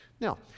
Now